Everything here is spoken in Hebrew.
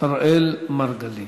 אראל מרגלית.